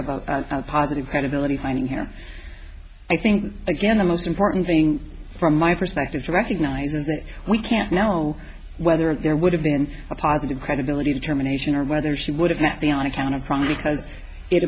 of a positive credibility finding her i think again the most important thing from my perspective is recognizing that we can't know whether there would have been a positive credibility determination or whether she would have not been on account of probably because it